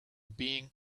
being